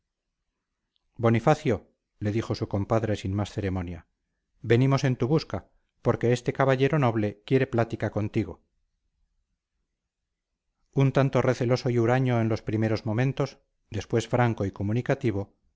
bonifacio le dijo su compadre sin más ceremonia venimos en tu busca porque este caballero noble quiere plática contigo un tanto receloso y huraño en los primeros momentos después franco y comunicativo